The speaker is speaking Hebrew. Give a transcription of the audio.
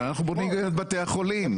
אנחנו בונים את בתי החולים,